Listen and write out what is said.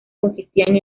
consistían